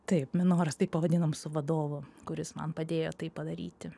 taip minoras taip pavadinom su vadovu kuris man padėjo tai padaryti